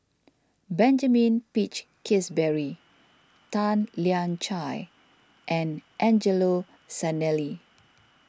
Benjamin Peach Keasberry Tan Lian Chye and Angelo Sanelli